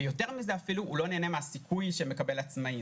יותר מזה, הוא לא נהנה מהסיכוי שמקבל עצמאי.